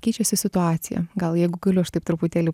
keičiasi situacija gal jeigu galiu aš taip truputėlį